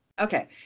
Okay